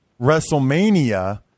WrestleMania